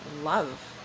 love